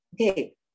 okay